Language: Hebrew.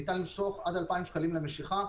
ניתן למשוך עד 2,000 שקלים מהמשיכה,